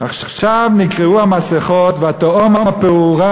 עכשיו נקרעו המסכות והתהום הפעורה